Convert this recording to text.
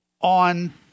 on